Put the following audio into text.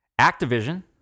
Activision